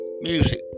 music